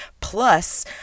plus